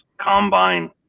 combine